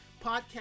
Podcast